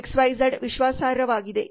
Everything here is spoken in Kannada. X Y ಝಡ್ವಿಶ್ವಾಸಾರ್ಹವಾಗಿದೆ